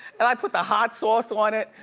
and i put the hot sauce on it.